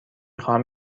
خواهم